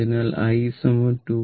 അതിനാൽ i 2